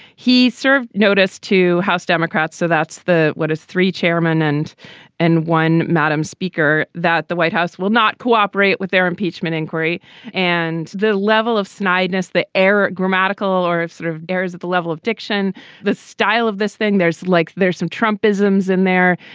he served notice to house democrats so that's the what is three chairman and and one madam speaker that the white house will not cooperate with their impeachment inquiry and the level of snide ness the error grammatical or sort of errors at the level of diction the style of this thing there's like there's some trump isms in there.